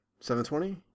720